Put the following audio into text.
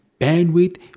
bandwidth